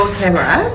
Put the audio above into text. camera